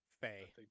Faye